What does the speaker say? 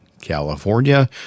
California